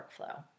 workflow